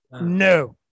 No